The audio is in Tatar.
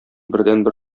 бердәнбер